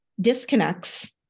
disconnects